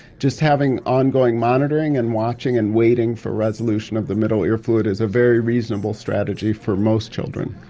just having ongoing monitoring and watching and waiting for resolution of the middle ear fluid is a very reasonable strategy for most children.